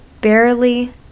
barely